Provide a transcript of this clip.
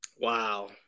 Wow